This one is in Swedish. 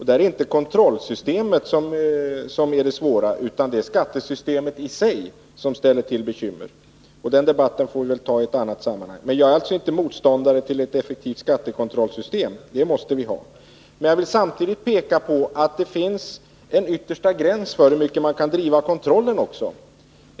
Det är inte kontrollsystemet som ställer till problem, utan det är skattesystemet i sig som gör det. — Men den debatten får vi föra i ett annat sammanhang. Jag är alltså inte motståndare till ett effektivt skattekontrollsystem. Det måste vi ha. Men jag vill samtidigt peka på att det också finns en yttersta gräns för hur långt man kan driva kontrollen.